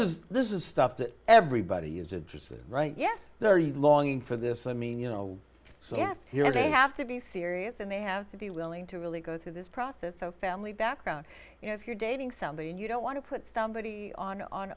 is this is stuff that everybody is interested right yes there you longing for this i mean you know so yes here they have to be serious and they have to be willing to really go through this process so family background you know if you're dating somebody and you don't want to put somebody on on